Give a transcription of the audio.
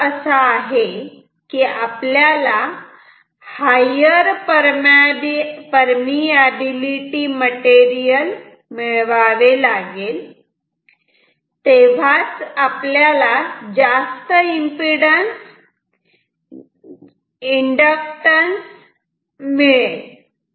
म्हणजे याचा अर्थ असा की आपल्याला हायर परमियाबिलिटी मटेरियल मिळवावे लागेल तेव्हाच आपल्याला जास्त एम्पिडन्स इंडक्टॅन्स मिळेल